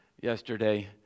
Yesterday